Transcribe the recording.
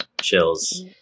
Chills